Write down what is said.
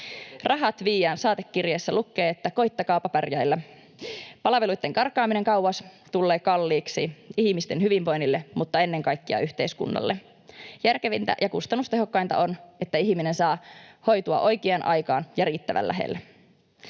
Rahat viedään. Saatekirjeessä lukee, että koettakaapa pärjäillä. Palveluitten karkaaminen kauas tulee kalliiksi ihmisten hyvinvoinnille mutta ennen kaikkea yhteiskunnalle. Järkevintä ja kustannustehokkainta on, että ihminen saa hoitoa oikeaan aikaan ja riittävän lähellä.